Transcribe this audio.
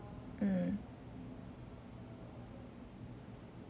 mm